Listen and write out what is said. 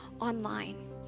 online